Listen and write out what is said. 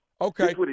Okay